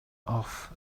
off